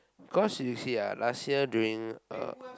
cause you see ah last year during uh